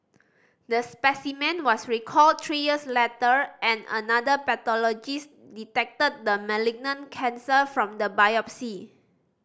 the specimen was recalled three years letter and another pathologist detected the malignant cancer from the biopsy